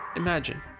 Imagine